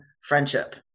friendship